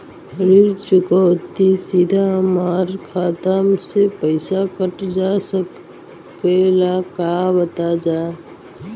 ऋण चुकौती सीधा हमार खाता से पैसा कटल जा सकेला का बताई जा?